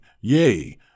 yea